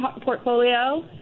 portfolio